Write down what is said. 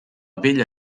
vella